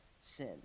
sin